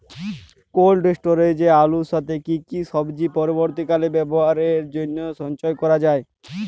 Cold স্টোরেজে আলুর সাথে কি কি সবজি পরবর্তীকালে ব্যবহারের জন্য সঞ্চয় করা যায়?